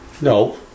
No